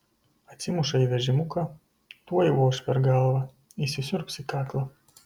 atsimuša į vežimuką tuoj voš per galvą įsisiurbs į kaklą